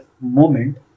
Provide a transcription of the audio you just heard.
moment